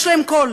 יש להם קול.